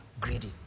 greedy